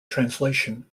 translation